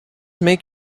make